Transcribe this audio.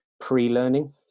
pre-learning